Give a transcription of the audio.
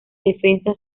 defensa